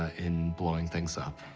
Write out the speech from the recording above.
ah in blowing things up.